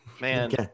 man